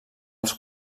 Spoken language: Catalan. als